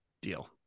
deal